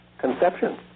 conception